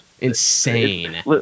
insane